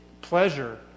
pleasure